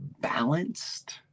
balanced